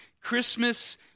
Christmas